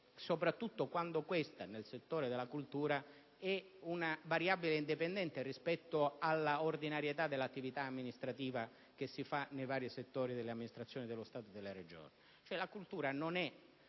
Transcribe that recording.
soprattutto quando questa, nel settore della cultura, è una variabile indipendente rispetto alla ordinarietà dell'attività amministrativa che si fa nei vari settori dell'amministrazione dello Stato e delle Regioni. La cultura non è